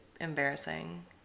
embarrassing